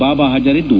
ಬಾಬಾ ಹಾಜರಿದ್ದು